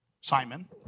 Simon